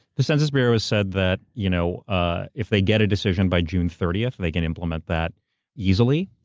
the census bureau has said that you know ah if they get a decision by june thirtieth, they can implement that easily.